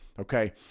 okay